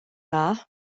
dda